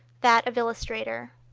that of illustrator.